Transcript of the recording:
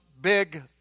big